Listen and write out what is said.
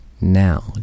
Now